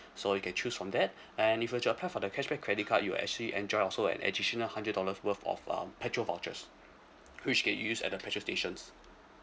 so you can choose from and if you were to apply for the cashback credit card you will actually enjoy also an additional hundred worth of um petrol vouchers which get use at the petrol stations